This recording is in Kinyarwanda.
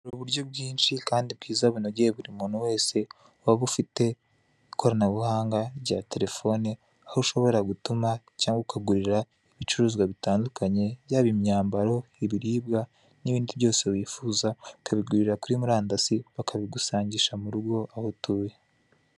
Uburyo byinshi kandi bwiza bunogeye buri muntu wese waba ufite ikoranabuhanga rya telefone, aho ushobora gutuma cyangwa ukagurira ibicuruzwa bitandukanye yaba imyambaro, ibiribwa n'ibindi byose wifuza ukabigurira kuri murandasi bakabigusangisha mu rugo aho utuye.